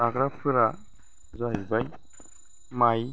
जाग्राफोरा जाहैबाय माइ